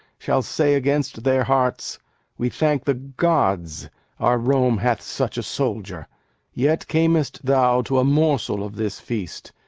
shall say, against their hearts we thank the gods our rome hath such a soldier yet cam'st thou to a morsel of this feast,